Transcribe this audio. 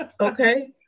Okay